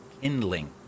kindling